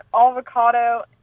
avocado